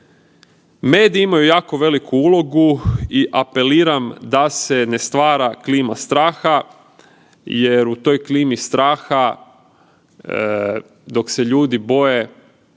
Medijima imaju jako veliku ulogu i apeliram da se ne stvara klima straha jer u toj klimi straha, dok se ljudi boje